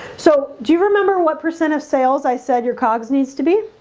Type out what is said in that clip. so do you remember what percent of sales i said your cogs needs to be?